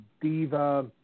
diva